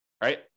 right